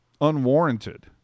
unwarranted